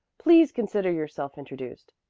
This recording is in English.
please consider yourselves introduced.